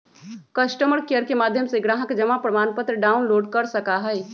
customer care के माध्यम से ग्राहक जमा प्रमाणपत्र डाउनलोड कर सका हई